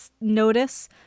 notice